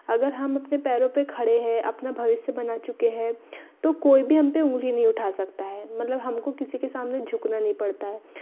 अगर हम अपने पैरों पर खड़े हैं अपना भविष्य बना चुके हैं तो कोई भी हम ऊँगली नहीं उठा सकता है मतलब हमको किसी के सामने झुकना नहीं पड़ता है